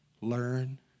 Learn